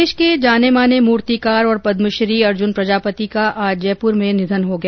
प्रदेश के जाने माने मूर्तिकार और पद्श्री अर्जुन प्रजापति का आज जयपुर में निधन हो गया